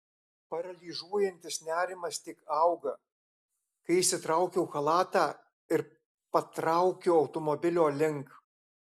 paralyžiuojantis nerimas tik auga kai išsitraukiu chalatą ir patraukiu automobilio link